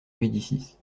médicis